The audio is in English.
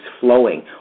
flowing